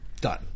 Done